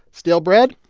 stale bread?